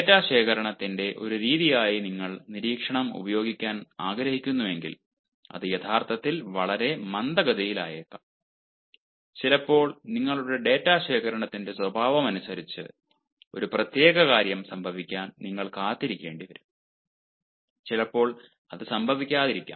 data ശേഖരണത്തിന്റെ ഒരു രീതിയായി നിങ്ങൾ നിരീക്ഷണം ഉപയോഗിക്കാൻ ആഗ്രഹിക്കുന്നുവെങ്കിൽ അത് യഥാർത്ഥത്തിൽ വളരെ മന്ദഗതിയിലായേക്കാം ചിലപ്പോൾ നിങ്ങളുടെ ഡാറ്റ ശേഖരണത്തിന്റെ സ്വഭാവമനുസരിച്ച് ഒരു പ്രത്യേക കാര്യം സംഭവിക്കാൻ നിങ്ങൾ കാത്തിരിക്കേണ്ടിവരും ചിലപ്പോൾ അത് സംഭവിക്കാതിരിക്കാം